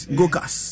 Gokas